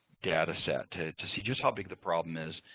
data set to to see just how big the problem is,